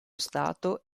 stato